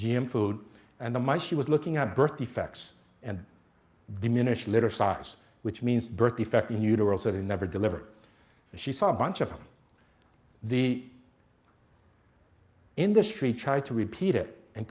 g m food and the my she was looking at birth defects and diminished litter size which means birth defect in utero so he never delivered she saw a bunch of the industry tried to repeat it and